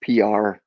PR